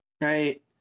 right